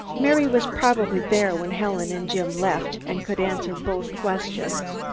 mary was probably there when helen and jim left, and could answer both questions.